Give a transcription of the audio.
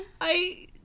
I-